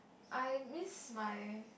I miss my